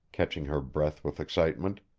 catching her breath with excitement.